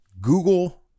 Google